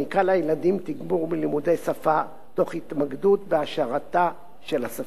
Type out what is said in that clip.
לילדים תגבור בלימודי השפה תוך התמקדות בהעשרתה של השפה.